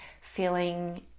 feeling